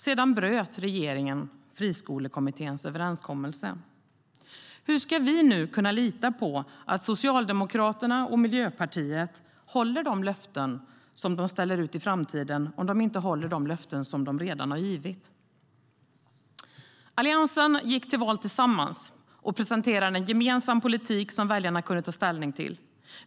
Sedan bröt regeringen Friskolekommitténs överenskommelse. Hur ska vi nu kunna lita på att Socialdemokraterna och Miljöpartiet håller de löften som de ställer ut i framtiden, om de inte håller de löften som de redan givit? Alliansen gick till val tillsammans och presenterade en gemensam politik som väljarna kunde ta ställning till.